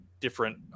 Different